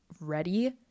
ready